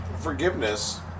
forgiveness